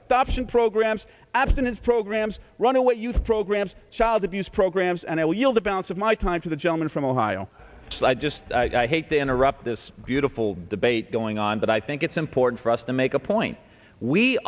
adoption programs abstinence programs run away youth programs child abuse programs and i will yield the balance of my time to the gentleman from ohio so i just i hate to interrupt this beautiful debate going on but i think it's important for us to make a point we